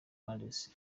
mendes